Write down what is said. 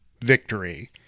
victory